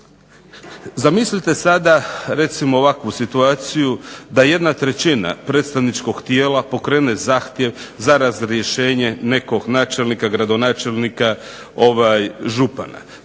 Zamislite sada recimo ovakvu situaciju, da 1/3 predstavničkog tijela pokrene zahtjev za razrješenje nekog načelnika, gradonačelnika, župana.